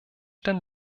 den